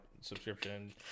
subscription